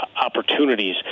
opportunities